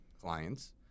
clients